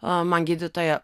a man gydytoja